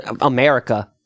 America